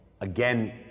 again